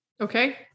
Okay